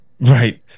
Right